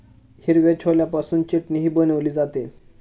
हिरव्या छोल्यापासून चटणीही बनवली जाते